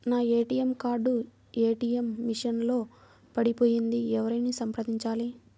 నా ATM card ATM machine లో పడిపోయింది ఎవరిని సంప్రదించాలి?